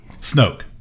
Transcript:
Snoke